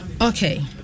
okay